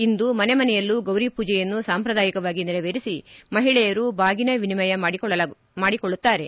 ಇಂದು ಮನೆಮನೆಯಲ್ಲೂ ಗೌರಿ ಪೂಜೆಯನ್ನು ಸಾಂಪ್ರದಾಯಿಕವಾಗಿ ನೆರವೇರಿಸಿ ಮಹಿಳೆಯರು ಬಾಗಿನ ವಿನಿಮಯ ಮಾಡಿಕೊಳ್ಳಲಾಗುತ್ತಿದೆ